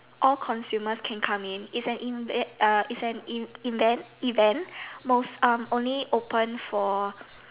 all consumers can come it's an event uh it's an invent event most um only open for